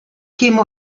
käme